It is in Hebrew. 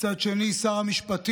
מצד אחד, ומצד שני שר המשפטים,